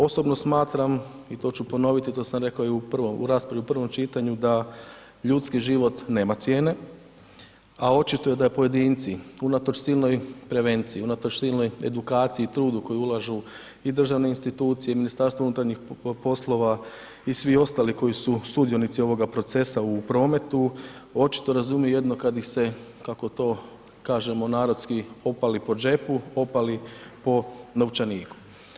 Osobno smatram i to ću ponoviti, to sam rekao i u raspravi u prvom čitanju da ljudski život nema cijene, a očito je da pojedinci unatoč silnoj prevenciji, unatoč silnoj edukaciji i trudu koji ulažu i državne institucije i MUP i svi ostali koji su sudionici ovoga procesa u prometu, očito razumiju jedino kad ih se, kako to kažemo narodski, opali po džepu, opali po novčaniku.